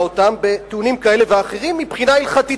אותם בטיעונים כאלה ואחרים מבחינה הלכתית,